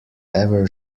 ever